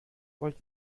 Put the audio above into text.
wollt